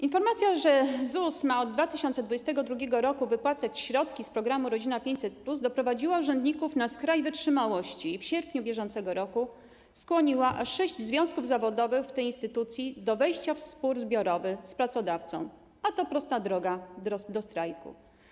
Informacja, że ZUS ma od 2022 r. wypłacać środki z programu „Rodzina 500+”, doprowadziła urzędników na skraj wytrzymałości i w sierpniu br. skłoniła aż sześć związków zawodowych w tej instytucji do wejścia w spór zbiorowy z pracodawcą, a to jest prosta droga do strajku.